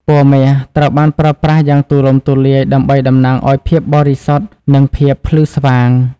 ពណ៌មាស ត្រូវបានប្រើប្រាស់យ៉ាងទូលំទូលាយដើម្បីតំណាងឱ្យភាពបរិសុទ្ធ និងភាពភ្លឺស្វាង។